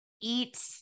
Eat